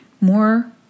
More